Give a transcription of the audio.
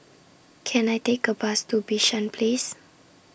Can I Take A Bus to Bishan Place